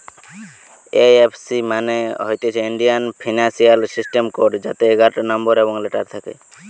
এই F C মানে হতিছে ইন্ডিয়ান ফিনান্সিয়াল সিস্টেম কোড যাতে এগারটা নম্বর এবং লেটার থাকে